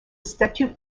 statu